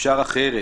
אפשר אחרת.